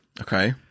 Okay